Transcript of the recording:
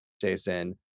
Jason